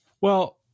Well-